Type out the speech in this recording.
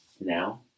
now